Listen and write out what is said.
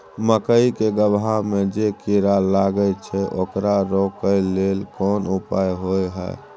मकई के गबहा में जे कीरा लागय छै ओकरा रोके लेल कोन उपाय होय है?